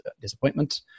disappointment